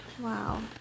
Wow